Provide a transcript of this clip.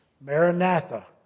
Maranatha